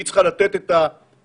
זה איך את שטחי C